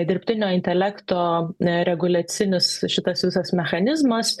dirbtinio intelekto reguliacinis šitas visas mechanizmas